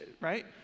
right